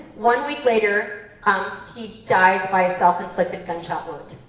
one week later um he dies by a self inflicted gunshot wound.